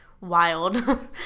wild